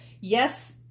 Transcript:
yes